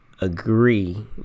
agree